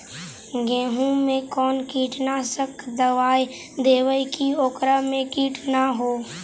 गेहूं में कोन कीटनाशक दबाइ देबै कि ओकरा मे किट न हो?